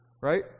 right